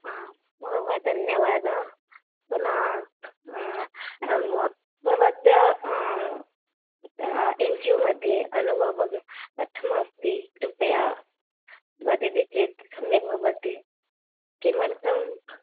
आं बहवः धन्यवादाः पुनः भवत्याः इण्टर्व्यू मध्ये अनुभवः कथमस्ति कृपया वदति चेत् सम्यक् भवति किमर्थम्